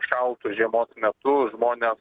šaltu žiemos metu žmonės